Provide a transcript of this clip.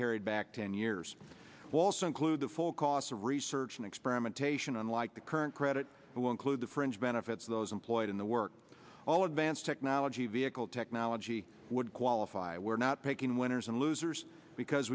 carried back ten years also include the full cost of research and experimentation unlike the current credit will include the fringe benefits those employed in the work all advanced technology vehicle technology would qualify we're not picking winners and losers because